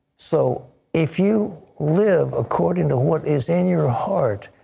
so if you live according to what is in your heart,